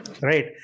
right